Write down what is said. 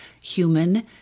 human